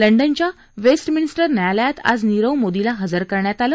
लंडनच्या वेस्टमिन्स्टर न्यायालयात आज नीरव मोदीला हजर करण्यात आलं